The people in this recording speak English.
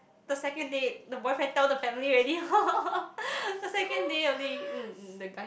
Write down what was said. the second date the boyfriend tell the family already the second day only mm the guys